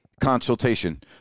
consultation